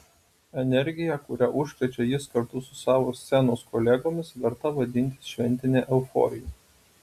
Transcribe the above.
energija kuria užkrečia jis kartu su savo scenos kolegomis verta vadintis šventine euforija